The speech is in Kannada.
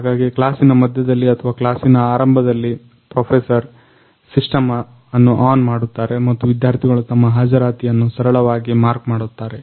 ಹಾಗಾಗಿ ಕ್ಲಾಸಿನ ಮಧ್ಯದಲ್ಲಿ ಅಥವಾ ಕ್ಲಾಸಿನ ಆರಂಭದಲ್ಲಿ ಪ್ರೊಫೆಸರ್ ಸಿಸ್ಟಮ್ ಅನ್ನು ಆನ್ ಮಾಡುತ್ತಾರೆ ಮತ್ತು ವಿದ್ಯಾರ್ಥಿಗಳು ತಮ್ಮ ಹಾಜರಾತಿಯನ್ನು ಸರಳವಾಗಿ ಮಾರ್ಕ್ ಮಾಡುತ್ತಾರೆ